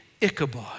Ichabod